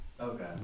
Okay